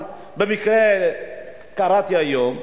אבל במקרה קראתי היום,